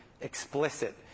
explicit